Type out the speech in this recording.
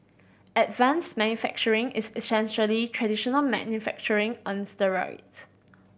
advanced manufacturing is essentially traditional manufacturing on steroids